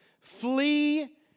Flee